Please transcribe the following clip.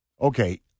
Okay